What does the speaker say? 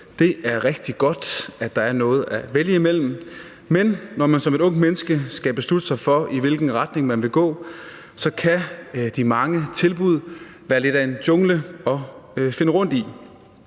Det er rigtig godt, at der er noget at vælge imellem, men når man som ungt menneske skal beslutte sig for, i hvilken retning man vil gå, kan de mange tilbud være lidt af en jungle at finde rundt i.